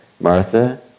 Martha